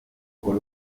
con